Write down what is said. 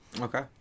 Okay